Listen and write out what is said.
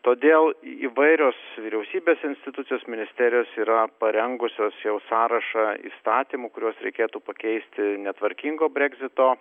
todėl įvairios vyriausybės institucijos ministerijos yra parengusios jau sąrašą įstatymų kuriuos reikėtų pakeisti netvarkingo bregzito